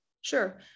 Sure